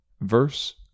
verse